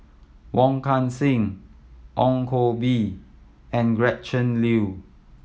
Wong Kan Seng Ong Koh Bee and Gretchen Liu